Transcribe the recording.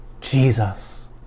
Jesus